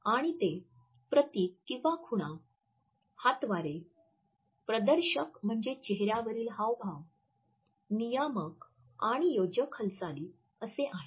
आणि ते प्रतीक किंवा खुणा हातवारे प्रदर्शक म्हणजे चेहऱ्यावरील हावभाव नियामक आणि योजक हालचाली असे आहेत